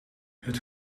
het